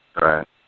Right